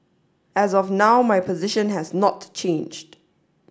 as of now my position has not changed